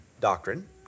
doctrine